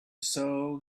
sow